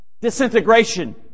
disintegration